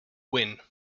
win